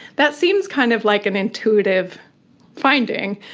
that seems kind of like an intuitive finding,